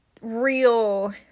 real